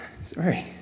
sorry